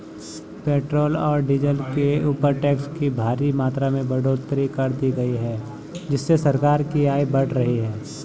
petrol और diesel के ऊपर टैक्स की भारी मात्रा में बढ़ोतरी कर दी गई है जिससे सरकार की आय बढ़ रही है